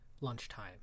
lunchtime